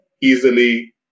easily